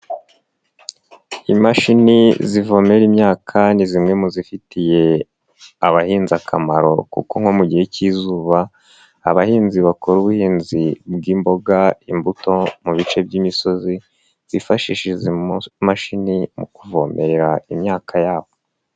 Imashini zivomera imyaka, ni zimwe mu zifitiye abahinzi akamaro kuko nko mu gihe cy'izuba, abahinzi bakora ubuhinzi bw'imboga, imbuto mu bice by'imisozi, bifashisha izi imashini, mu kuvomerera imyaka yabo.